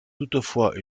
toutefois